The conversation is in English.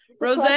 Rose